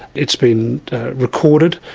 it's been recorded.